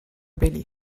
belly